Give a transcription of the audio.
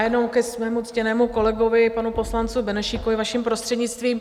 Jenom ke svému ctěnému kolegovi, panu poslanci Benešíkovi, vaším prostřednictvím.